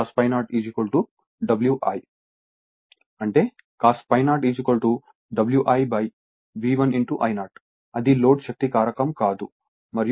అంటే cos ∅0 Wi V1 I0 అది load శక్తి కారకం కాదు మరియు cos ∅0 వస్తే